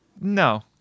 No